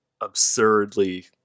absurdly